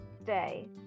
stay